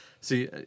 See